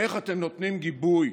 איך אתם נותנים גיבוי